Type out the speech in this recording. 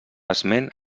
esment